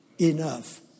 enough